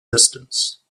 distance